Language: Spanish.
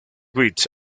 with